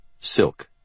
Silk